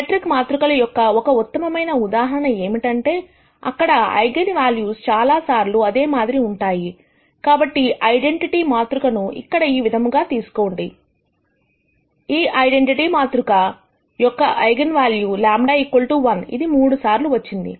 symmetric మాతృకల యొక్క ఒక ఉత్తమమైన ఉదాహరణ ఏమిటంటే అక్కడ ఐగన్ వాల్యూస్ చాలాసార్లు అదే మాదిరి ఉంటాయి కాబట్టి ఐడెంటిటీ మాతృకను ఇక్కడ ఈ విధముగా తీసుకోండి ఈ ఐడెంటిటీ మాతృక ఈ యొక్క ఐగన్ వాల్యూ λ 1 ఇది మూడు సార్లు వచ్చినది